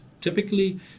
typically